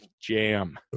jam